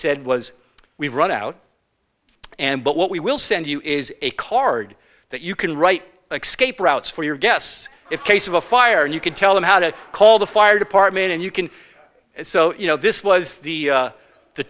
said was we've run out and but what we will send you is a card that you can write like scape routes for your guests if case of a fire and you can tell them how to call the fire department and you can so you know this was the the t